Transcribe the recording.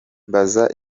mbaza